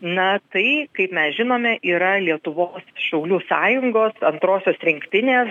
na tai kaip mes žinome yra lietuvos šaulių sąjungos antrosios rinktinės